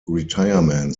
retirement